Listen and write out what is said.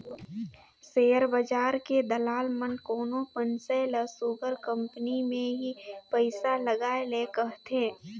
share बजार के दलाल मन कोनो मइनसे ल सुग्घर कंपनी में ही पइसा लगाए ले कहथें